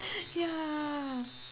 ya